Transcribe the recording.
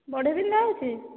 ବଡ଼ି ବିନ୍ଧା ହେଉଛି